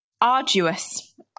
Arduous